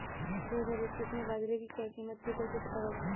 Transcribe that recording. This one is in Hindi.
दो हज़ार इक्कीस में बाजरे की क्या कीमत थी कैसे पता लगाएँ?